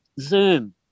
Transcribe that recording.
Zoom